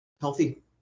healthy